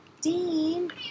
Dean